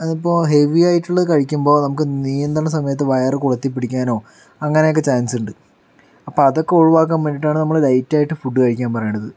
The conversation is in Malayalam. അതിപ്പോൾ ഹെവി ആയിട്ടുള്ളത് കഴിക്കുമ്പോൾ നമുക്ക് നീന്തണ സമയത്ത് വയർ കൊളുത്തി പിടിക്കാനോ അങ്ങനെയൊക്കെ ചാൻസുണ്ട് അപ്പോൾ അതൊക്കെ ഒഴിവാക്കാൻ വേണ്ടിയാണ് നമ്മൾ ലൈറ്റ് ആയിട്ട് ഫുഡ് കഴിക്കാൻ പറയണത്